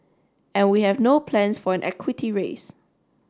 and we have no plans for an equity raise